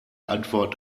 antwort